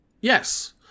Yes